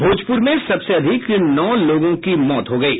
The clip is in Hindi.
भोजपुर में सबसे अधिक नौ लोगों की मौत हो गयी